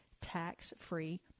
tax-free